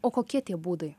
o kokie tie būdai